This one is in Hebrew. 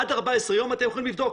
עד 14 ימים אתם יכולים לבדוק.